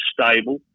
stable